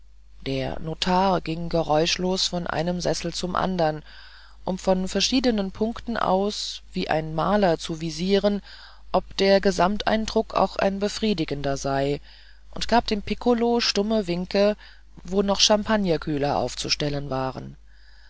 der notar ging geräuschlos von einem sessel zum andern um von verschiedenen punkten aus wie ein maler zu visieren ob der gesamteindruck auch ein befriedigender sei und gab dem pikkolo stumme winke wo noch champagnerkühler aufzustellen waren